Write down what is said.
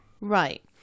Right